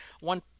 One